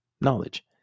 knowledge